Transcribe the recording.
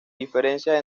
diferencias